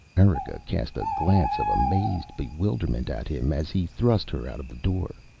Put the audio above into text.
erika cast a glance of amazed bewilderment at him as he thrust her out of the door.